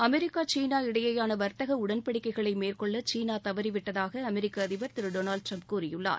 அமெரிக்கசீனா இடையிலானவர்த்தகஉடன்படிக்கைகளைமேற்கொள்ளசீனாதவறிவிட்டதாகஅமெரிக்கஅதிபர் திரு டொனால்டுட்ரம்ப் கூறியுள்ளார்